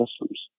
systems